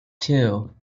two